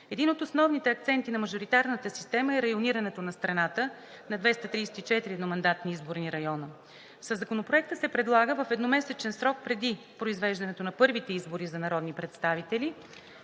Един от основните акценти на мажоритарната система е районирането на страната на 234 едномандатни изборни района. Със Законопроекта се предлага в едномесечен срок преди произвеждането на първите избори за народни представители